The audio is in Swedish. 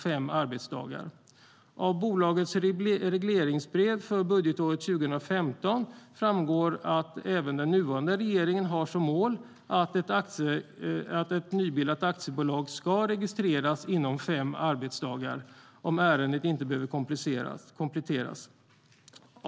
Av Bolagsverkets regleringsbrev för budgetåret 2015 framgår att även den nuvarande regeringen har som mål att ett nybildat aktiebolag ska registreras inom fem arbetsdagar, om ärendet inte behöver kompletteras.